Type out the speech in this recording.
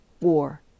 war